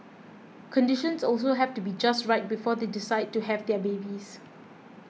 conditions also have to be just right before they decide to have their babies